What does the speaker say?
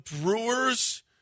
Brewers